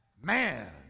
Man